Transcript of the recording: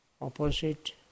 opposite